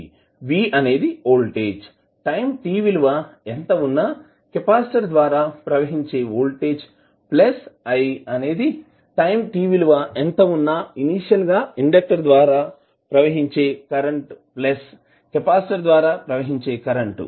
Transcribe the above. V అనేది voltage time t విలువ ఎంత వున్నా కెపాసిటర్ ద్వారా ప్రవహించే వోల్టేజ్ ప్లస్ i అనేది టైం t విలువ ఎంత వున్నా ఇనీషియల్ గా ఇండెక్టర్ ద్వారా ప్రవహించే కరెంటు ప్లస్ కెపాసిటర్ ద్వారా ప్రవహించే కరెంటు